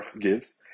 gives